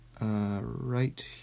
Right